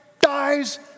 dies